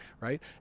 right